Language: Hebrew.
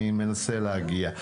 אני מנסה להגיע,